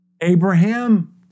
Abraham